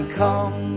come